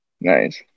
Nice